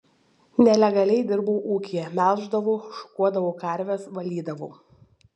nelegaliai dirbau ūkyje melždavau šukuodavau karves valydavau